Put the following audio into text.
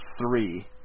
three